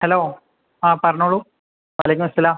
hello ആ പറഞ്ഞോളൂ വാ അലൈക്കും അസ്സലാം